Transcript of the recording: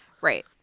Right